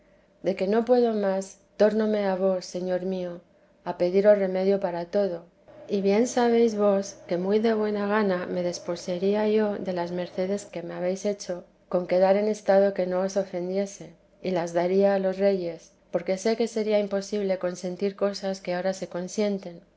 de que no puedo más tornóme a vos señor mío a pediros remedio para todo y bien sabéis vos que muy de buena gana me desposeería yo de las mercedes que me habéis hecho con quedar en estado que no os ofendiese y las daría a los reyes porque sé que sería imposible consentir cosas que ahora se consienten ni